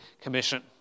Commission